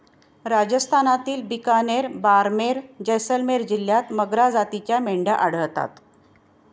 राजस्थानातील बिकानेर, बारमेर, जैसलमेर जिल्ह्यांत मगरा जातीच्या मेंढ्या आढळतात